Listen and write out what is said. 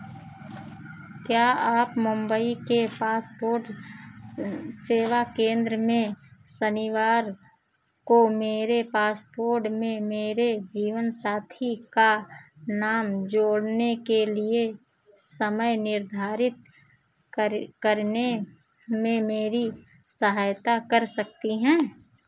क्या आप मुंबई के पासपोर्ट सेवा केंद्र में शनिवार को मेरे पासपोर्ड में मेरे जीवनसाथी का नाम जोड़ने के लिए समय निर्धारित कर करने में मेरी सहायता कर सकते हैं